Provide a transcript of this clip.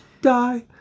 Die